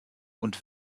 und